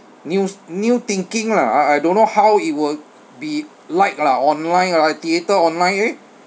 new new thinking lah I I don't know how it will be like lah online ah theatre online eh